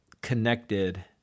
connected